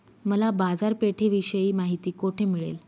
मला बाजारपेठेविषयी माहिती कोठे मिळेल?